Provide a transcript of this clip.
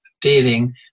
dealing